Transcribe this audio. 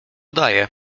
daję